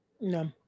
No